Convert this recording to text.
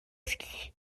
ski